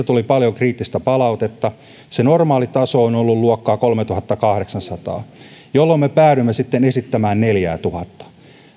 tuli paljon kriittistä palautetta se normaali taso on ollut luokkaa kolmetuhattakahdeksansataa jolloin me päädyimme sitten esittämään neljäätuhatta